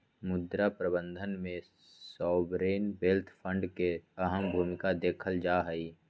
मुद्रा प्रबन्धन में सॉवरेन वेल्थ फंड के अहम भूमिका देखल जाहई